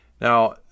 now